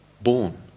born